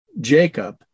Jacob